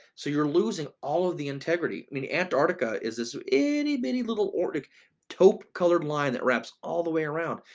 so you're losing all of the integrity. i mean, antarctica, is this itty bitty little arctic tope colored line that wraps all the way around?